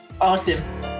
Awesome